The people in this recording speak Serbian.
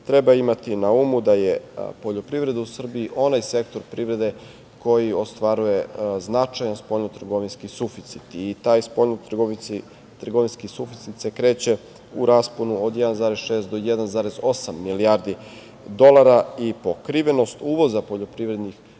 treba imati na umu da je poljoprivreda u Srbiji onaj sektor privrede koji ostvaruje značajan spoljnotrgovinski suficit. Taj spoljnotrgovinski suficit se kreće u rasponu od 1,6 do 1,8 milijardi dolara i pokrivenost uvoza poljoprivrednih proizvoda